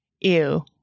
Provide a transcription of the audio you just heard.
ew